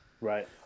Right